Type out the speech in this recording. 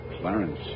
Clarence